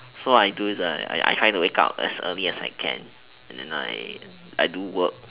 so I do I I I try to wake up as early as I can and then I I do work